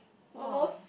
almost